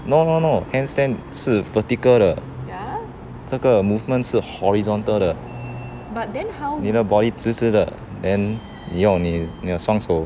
no no no handstand 是 vertical 的这个 movement 是 horizontal 的妳的 body 直直的 then 妳用妳妳的双手